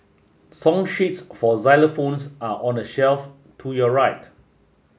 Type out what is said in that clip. song sheets for xylophones are on the shelf to your right